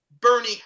Bernie